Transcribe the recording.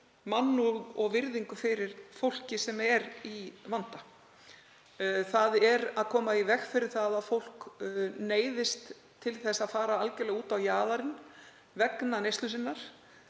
mannúð og virðingu fyrir fólki sem er í vanda, þ.e. að koma í veg fyrir að fólk neyðist til að fara algerlega út á jaðarinn vegna neyslu sinnar